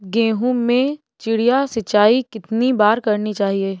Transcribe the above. गेहूँ में चिड़िया सिंचाई कितनी बार करनी चाहिए?